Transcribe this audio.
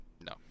No